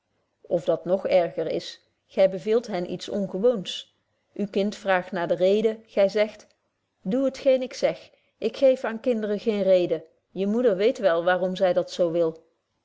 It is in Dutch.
of dat nog erger is gy beveelt hen iets ongewoons uw kind vraagt naar de reden gy zegt doe t geen ik zeg ik geef aan kinderen geen reden je moeder weet wel waarom zy dat zo wil